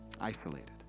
isolated